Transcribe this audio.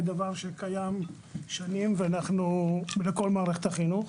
זה דבר שקיים שנים בכל מערכת החינוך.